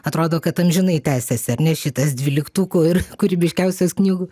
atrodo kad amžinai tęsiasi ar ne šitas dvyliktukų ir kūrybiškiausios knygų